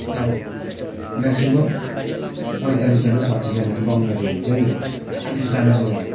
अब म्याक्सिमम पैँतालिसजना छत्तिसजना त बङ्गाली हुन्छै हुन्छ चालिसजनासम्म चाहिँ